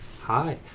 Hi